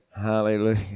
Hallelujah